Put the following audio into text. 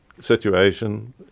situation